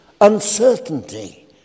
uncertainty